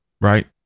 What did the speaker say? right